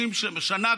30 שנה,